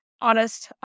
honest